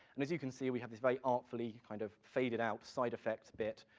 and as you can see, we have this very artfully kind of faded out side effect bit,